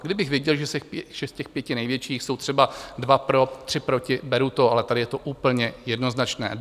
Kdybych věděl, že z těch pěti největších jsou třeba dva pro, tři proti, beru to, ale tady je to úplně jednoznačné.